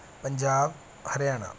Punjab Haryana